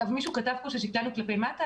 מישהו כתב פה ששקללנו כלפי מטה,